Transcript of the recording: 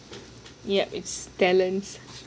yup its talents